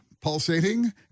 pulsating